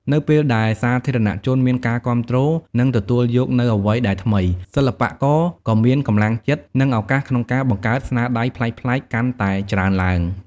នៅពេលដែលសាធារណជនមានការគាំទ្រ និងទទួលយកនូវអ្វីដែលថ្មី សិល្បករក៏មានកម្លាំងចិត្ត និងឱកាសក្នុងការបង្កើតស្នាដៃប្លែកៗកាន់តែច្រើនឡើង។